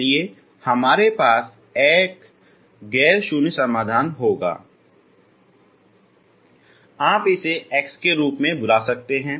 इसलिए आपके पास एक गैर शून्य समाधान होगा आप इसे x के रूप में बुला सकते हैं